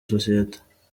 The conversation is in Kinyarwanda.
sosiyete